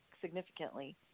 significantly